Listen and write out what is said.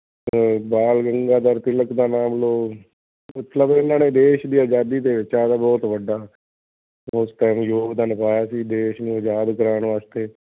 ਬਾਲ ਗੰਗਾਧਰ ਤਿਲਕ ਦਾ ਨਾਮ ਲਓ ਮਤਲਬ ਇਹਨਾਂ ਨੇ ਦੇਸ਼ ਦੀ ਆਜ਼ਾਦੀ ਦੇ ਵਿੱਚ ਆਉਂਦਾ ਬਹੁਤ ਵੱਡਾ ਉਸ ਟਾਈਮ ਯੋਗਦਾਨ ਪਾਇਆ ਸੀ ਦੇਸ਼ ਨੂੰ ਆਜ਼ਾਦ ਕਰਾਉਣ ਵਾਸਤੇ